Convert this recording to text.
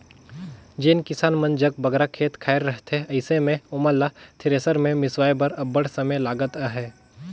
जेन किसान मन जग बगरा खेत खाएर रहथे अइसे मे ओमन ल थेरेसर मे मिसवाए बर अब्बड़ समे लगत अहे